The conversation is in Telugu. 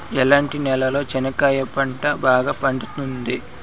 ఎట్లాంటి నేలలో చెనక్కాయ పంట బాగా పండుతుంది?